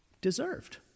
deserved